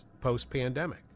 post-pandemic